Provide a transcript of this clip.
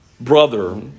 brother